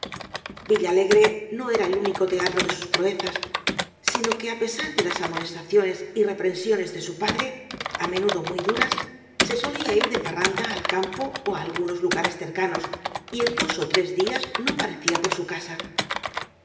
jaranas villalegre no era el único teatro de sus proezas sino que á pesar de las amonestaciones y reprensiones de su padre á menudo muy duras se solía ir de parran da al campo ó algunos lugares cercanos y en dos ó tres día no parecía por su casa